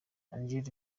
angel